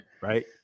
Right